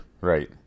Right